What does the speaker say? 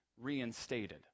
reinstated